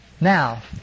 Now